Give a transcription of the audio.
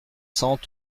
cents